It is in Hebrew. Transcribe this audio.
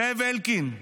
זאב אלקין,